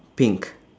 pink